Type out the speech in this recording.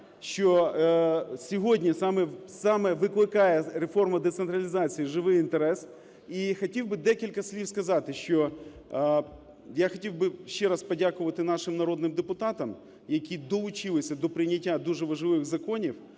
що сьогодні саме викликає реформа децентралізації живий інтерес. І хотів би декілька слів сказати, що я хотів би ще раз подякувати нашим народним депутатам, які долучилися до прийняття дуже важливих законів